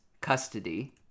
custody